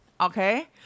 Okay